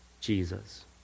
Jesus